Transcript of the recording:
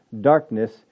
darkness